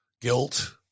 guilt